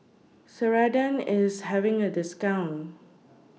Ceradan IS having A discount